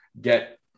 get